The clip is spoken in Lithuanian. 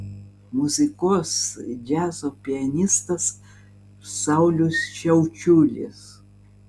muzikuos džiazo pianistas saulius šiaučiulis